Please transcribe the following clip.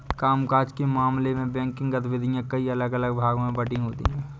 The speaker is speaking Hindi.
काम काज के मामले में बैंकिंग गतिविधियां कई अलग अलग भागों में बंटी होती हैं